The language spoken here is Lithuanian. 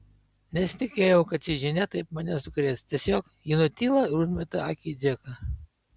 nesitikėjau kad ši žinia taip mane sukrės tiesiog ji nutyla ir užmeta akį į džeką